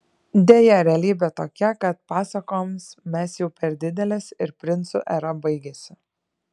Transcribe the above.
deja realybė tokia kad pasakoms mes jau per didelės ir princų era baigėsi